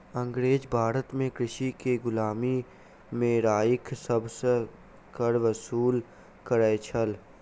अँगरेज भारत में कृषक के गुलामी में राइख सभ सॅ कर वसूल करै छल